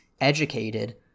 educated